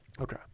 Okay